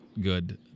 good